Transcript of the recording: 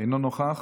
אינו נוכח.